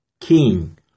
King